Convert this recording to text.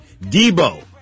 Debo